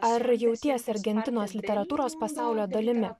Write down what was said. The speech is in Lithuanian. ar jautiesi argentinos literatūros pasaulio dalimi